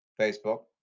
Facebook